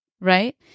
Right